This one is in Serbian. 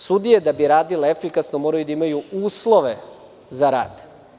Sudije, da bi radile efikasno, moraju da imaju uslove za rad.